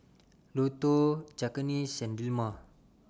Lotto Cakenis and Dilmah